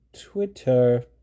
Twitter